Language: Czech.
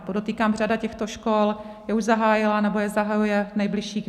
Podotýkám, řada těchto škol je už zahájila nebo je zahajuje v nejbližších dnech.